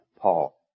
Paul